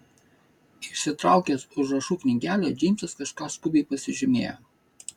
išsitraukęs užrašų knygelę džeimsas kažką skubiai pasižymėjo